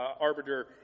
arbiter